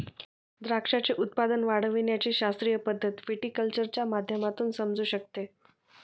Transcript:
द्राक्षाचे उत्पादन वाढविण्याची शास्त्रीय पद्धत व्हिटीकल्चरच्या माध्यमातून समजू शकते